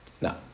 No